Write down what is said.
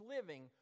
living